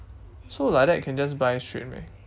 so like that can just buy straight meh